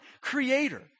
creator